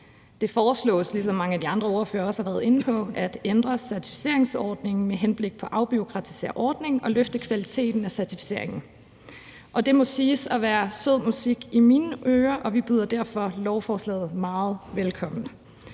Det foreslås, ligesom mange af de andre ordførere også har været inde på, at ændre certificeringsordningen med henblik på at afbureaukratisere ordningen og løfte kvaliteten af certificeringen. Det må siges at være sød musik i mine ører, og vi byder derfor lovforslaget meget velkommen.